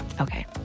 Okay